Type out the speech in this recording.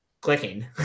clicking